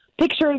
pictures